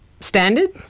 standard